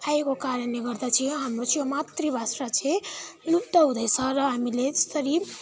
आएको कारणले गर्दा चाहिँ हाम्रो चाहिँ यो मातृभाषा चाहिँ लुप्त हुँदैछ र हामीले त्यसरी